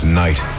night